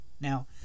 Now